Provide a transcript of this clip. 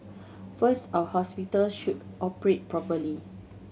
first our hospitals should operate properly